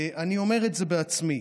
אני אומר את זה בעצמי